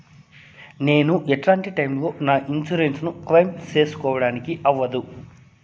నేను ఎట్లాంటి టైములో నా ఇన్సూరెన్సు ను క్లెయిమ్ సేసుకోవడానికి అవ్వదు?